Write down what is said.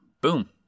boom